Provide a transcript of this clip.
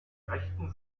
rechten